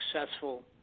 successful